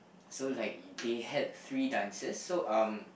so like they had three dancers so um